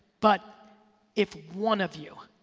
but if one of you,